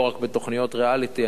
לא רק בתוכניות ריאליטי,